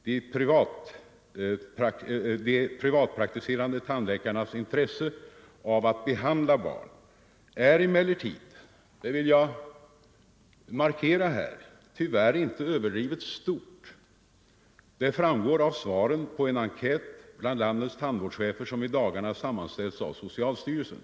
De privatpraktiserande tandläkarnas intresse av att behandla barn är emellertid, det vill jag markera här, tyvärr inte överdrivet stort. Det framgår av svaren på en enkät bland landets tandvårdschefer som i dagarna har sammanställts av socialstyrelsen.